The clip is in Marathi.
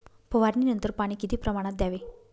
फवारणीनंतर पाणी किती प्रमाणात द्यावे?